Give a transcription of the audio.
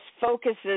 focuses